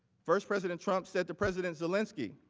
first president trump said to president zelensky